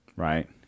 Right